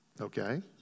Okay